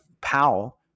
Powell